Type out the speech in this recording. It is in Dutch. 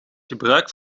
gebruik